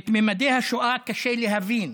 את ממדי השואה קשה להבין.